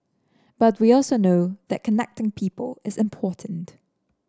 but we also know that connecting people is important